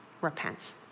repent